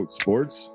sports